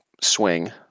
swing